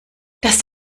das